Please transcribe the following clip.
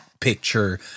picture